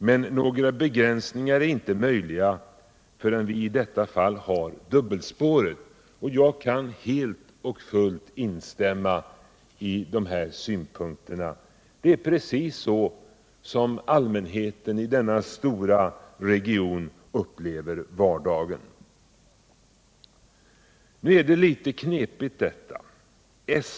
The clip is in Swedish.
Men några begränsningar är inte möjliga förrän vi i detta fall har dubbelspåret.” Jag kan helt och fullt instämma i de synpunkterna. Det är precis så som allmänheten i denna stora region upplever vardagen. Men det är litet knepigt detta.